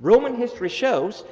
roman history shows